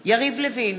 יריב לוין,